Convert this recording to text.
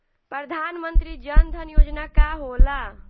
प्रधानमंत्री जन धन योजना का होला?